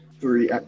three